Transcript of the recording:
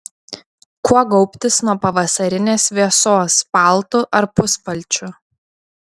kuo gaubtis nuo pavasarinės vėsos paltu ar puspalčiu